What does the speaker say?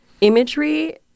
imagery